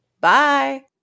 Bye